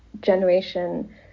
generation